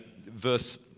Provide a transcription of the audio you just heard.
verse